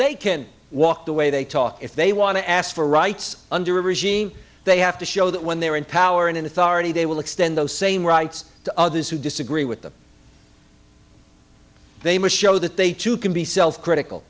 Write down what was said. they can walk the way they talk if they want to ask for rights under a regime they have to show that when they are in power and in authority they will extend those same rights to others who disagree with them they must show that they too can be self critical